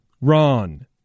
Ron